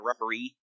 referee